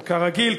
וכרגיל,